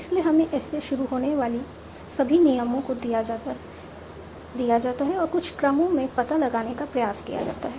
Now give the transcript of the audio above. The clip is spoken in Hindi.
इसलिए हमें S से शुरू होने वाले सभी नियमों को दिया जाता है और कुछ क्रम में पता लगाने का प्रयास किया जाता है